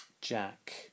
Jack